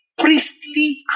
priestly